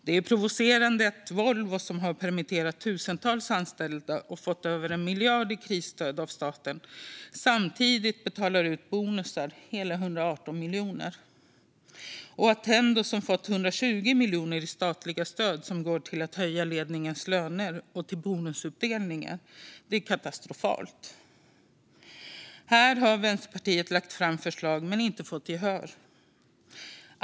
Det är provocerande att Volvo, som har permitterat tusentals anställda och fått över 1 miljard i krisstöd av staten, samtidigt betalar ut bonusar på hela 118 miljoner. Attendo har fått 120 miljoner i statliga stöd, som går till att höja ledningens löner och till bonusutdelningar. Det är katastrofalt! Här har Vänsterpartiet lagt fram förslag men inte fått gehör.